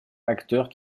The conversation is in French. acteurs